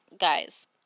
guys